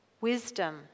wisdom